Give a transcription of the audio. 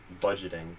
budgeting